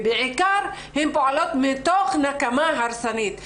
בעיקר הן פועלות מתוך נקמה הרסנית.